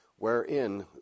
wherein